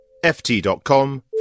ft.com